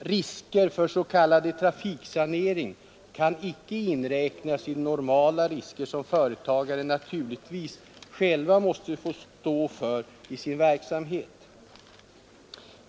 Risken för s.k. trafiksanering kan inte inräknas i de normala risker som företagare själva måste stå för i sin verksamhet.